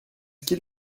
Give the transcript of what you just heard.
qu’ils